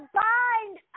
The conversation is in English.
bind